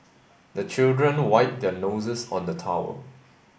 the children wipe their noses on the towel